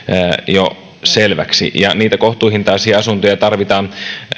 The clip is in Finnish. jo selväksi ja niitä kohtuuhintaisia asuntoja tarvitaan